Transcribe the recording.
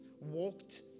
walked